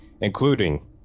including